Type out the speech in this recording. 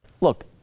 Look